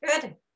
Good